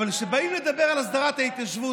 אבל כשבאים לדבר על הסדרת ההתיישבות,